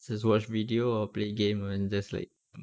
just watch video or play game and just like mm